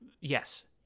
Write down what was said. Yes